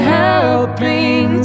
helping